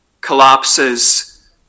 collapses